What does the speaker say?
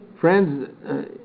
friends